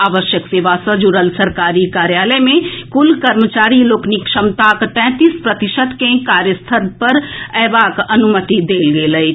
आवश्यक सेवा सँ जुड़ल सरकारी कार्यालय मे कुल कर्मचारी लोकनिक क्षमताक तैंतीस प्रतिशत के कार्यस्थल पर अएबाक अनुमति देल गेल अछि